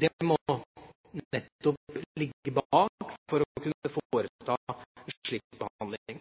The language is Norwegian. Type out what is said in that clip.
Det må nettopp ligge bak for å kunne foreta en slik behandling.